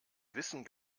wissen